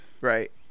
Right